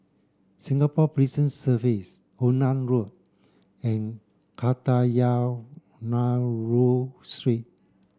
Singapore Prison Service Onan Road and Kadayanallur Street